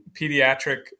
pediatric